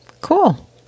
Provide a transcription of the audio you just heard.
Cool